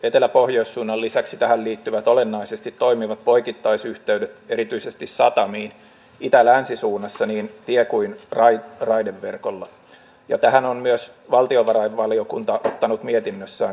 eteläpohjois suunnan lisäksi tähän liittyvät olennaisesti toimivat poikittaisyhteydet erityisesti satamiin itälänsi suunnassa niin tie kuin raideverkolla ja tähän on myös valtiovarainvaliokunta ottanut mietinnössään kantaa